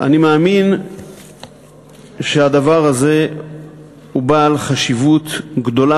אני מאמין שהדבר הזה הוא בעל חשיבות גדולה